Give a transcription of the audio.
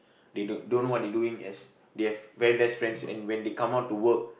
they don't don't know what they doing as they have very less friends and when they come out to work